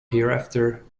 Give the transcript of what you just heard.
hereafter